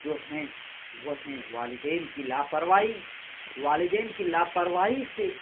جو ہیں وہ ہیں والدین کی لاپروائی والدین کی لاپرواہی سے